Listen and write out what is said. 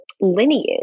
lineage